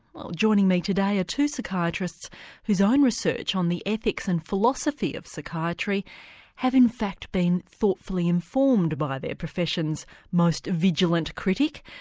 well, joining me today are two psychiatrists whose own research on the ethics and philosophy of psychiatry have in fact been thoughtfully informed by their profession's most vigilant critic.